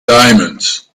diamonds